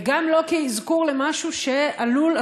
וגם לא כאזכור למשהו שעלול,